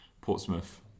Portsmouth